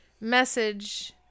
message